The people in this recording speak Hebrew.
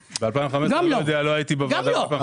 אני לא יודע, לא הייתי בוועדה.